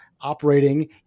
operating